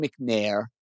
McNair